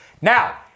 Now